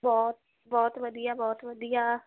ਬਹੁਤ ਬਹੁਤ ਵਧੀਆ ਬਹੁਤ ਵਧੀਆ